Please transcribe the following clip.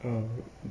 mm